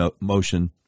motion